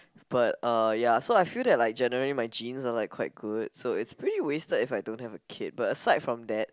but uh ya so I feel that like generally my genes are like quite good so it's pretty wasted if I don't have a kid but aside from that